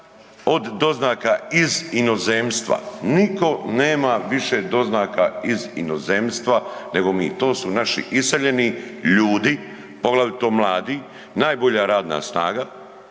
od doznaka iz inozemstva. Nitko nema više doznaka iz inozemstva nego mi, to su naši iseljeni ljudi, poglavito mladi, najbolja radna snaga